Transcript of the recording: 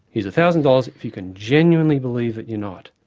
here's a thousand dollars if you can genuinely believe that you're not.